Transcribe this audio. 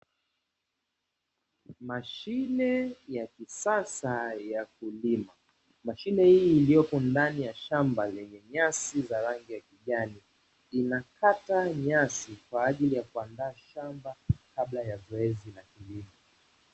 Mashine ya kisasa ya mkulima, mashine hii iliyopo ndani ya shamba lenye nyasi za rangi ya kijani, inakata nyasi kwa ajili ya kuandaa shamba kabla ya zoezi la kilimo.